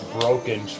broken